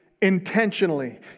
intentionally